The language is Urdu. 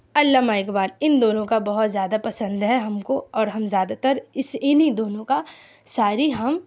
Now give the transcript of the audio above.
علامہ اقبال ان دونوں کا بہت زیادہ پسند ہے ہم کو اور ہم زیادہ تر اس انہیں دونوں کا شاعری ہم